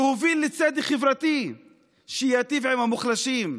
להוביל לצדק חברתי שייטיב עם המוחלשים,